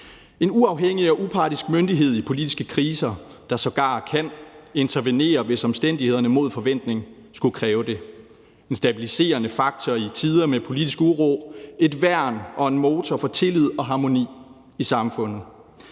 en uafhængig og upartisk myndighed i politiske kriser, der sågar kan intervenere, hvis omstændighederne mod forventning skulle kræve det. Det er en stabiliserende faktor i tider med politisk uro og et værn og en motor for tillid og harmoni i samfundet.